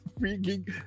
freaking